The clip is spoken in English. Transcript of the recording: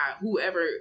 whoever